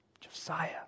Josiah